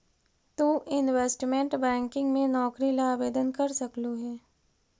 तु investment banking में नौकरी ला आवेदन कर सकलू हे